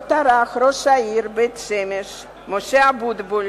לא טרח ראש העיר בית-שמש משה אבוטבול